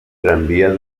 tramvia